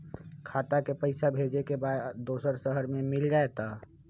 खाता के पईसा भेजेए के बा दुसर शहर में मिल जाए त?